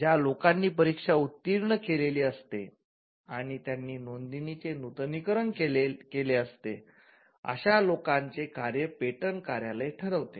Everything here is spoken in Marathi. ज्या लोकांनी परीक्षा उत्तीर्ण केलेली असते आणि त्यांनी नोंदणीचे नूतनीकरण केले असते अश्या लोकांचे कार्य पेटंट कार्यालय ठरवते